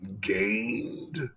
gained